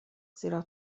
زیرا